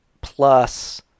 plus